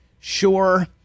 sure